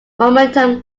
momentum